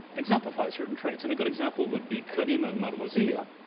exemplifies certain traits. and good example would be karima al-marwaziyya,